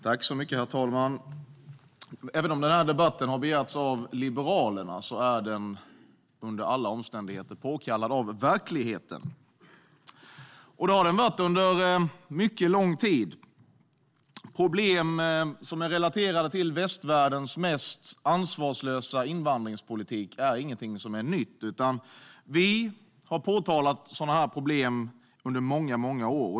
Herr talman! Även om denna debatt har begärts av Liberalerna är den under alla omständigheter påkallad av verkligheten. Det har den varit under mycket lång tid. Problem som är relaterade till västvärldens mest ansvarslösa invandringspolitik är inte något nytt, utan vi har påtalat sådana problem under många år.